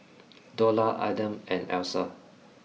dollar Adam and Alyssa